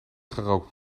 gerookt